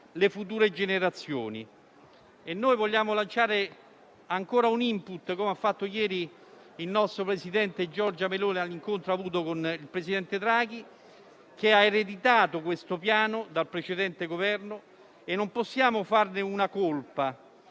le future generazioni. Vogliamo lanciare ancora un *input*, come ha fatto ieri il nostro presidente Giorgia Meloni nell'incontro avuto con il presidente Draghi, che ha ereditato questo Piano dal precedente Governo e non possiamo fargliene una colpa;